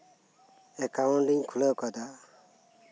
account ᱤᱧ ᱠᱷᱩᱞᱟᱹᱣ ᱠᱟᱫᱟ